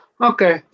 Okay